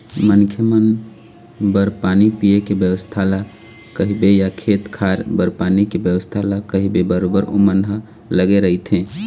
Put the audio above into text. मनखे मन बर पानी पीए के बेवस्था ल कहिबे या खेत खार बर पानी के बेवस्था ल कहिबे बरोबर ओमन ह लगे रहिथे